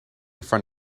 front